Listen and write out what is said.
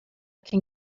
can